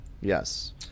Yes